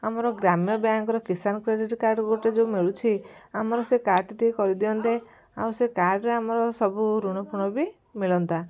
ଆମର ଗ୍ରାମ୍ୟ ବ୍ୟାଙ୍କର କିଷାନ କ୍ରେଡ଼ିଟ କାର୍ଡ଼ ଗୋଟେ ଯେଉଁ ମିଳୁଛି ଆମର ସେ କାର୍ଡ଼ଟା ଟିକେ କରି ଦିଅନ୍ତେ ଆଉ ସେ କାର୍ଡ଼ରେ ଆମର ସବୁ ଋଣ ଫୁଣ ବି ମିଳନ୍ତା